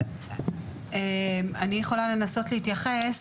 אני יכולה לנסות להתייחס.